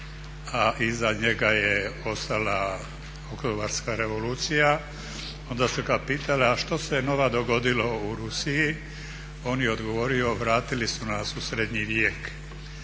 a iza njega je ostala Oktobarska revolucija a onda su ga pitali a što se nova dogodilo u Rusiji, on je odgovorio vratili su nas u srednji vijek.